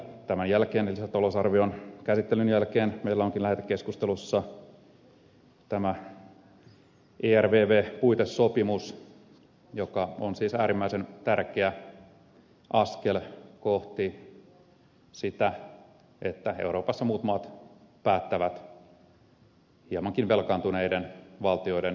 tämän lisätalousarvion käsittelyn jälkeen meillä onkin lähetekeskustelussa tämä ervv puitesopimus joka on siis äärimmäisen tärkeä askel kohti sitä että euroopassa muut maat päättävät hiemankin velkaantuneiden valtioiden talousarvioista